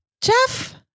Jeff